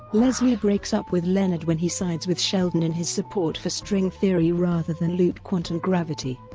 leslie breaks up with leonard when he sides with sheldon in his support for string theory rather than loop quantum gravity.